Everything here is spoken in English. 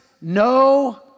no